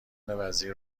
وزیر